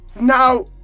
now